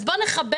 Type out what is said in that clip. אז בואו נכבד,